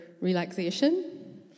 relaxation